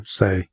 say